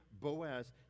Boaz